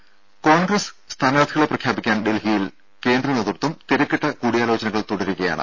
ദേദ കോൺഗ്രസ് സ്ഥാനാർത്ഥികളെ പ്രഖ്യാപിക്കാൻ ഡൽഹിയിൽ കേന്ദ്ര നേതൃത്വം തിരക്കിട്ട കൂടിയാലോചനകൾ തുടരുകയാണ്